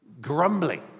grumbling